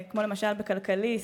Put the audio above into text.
כמו למשל ב"כלכליסט",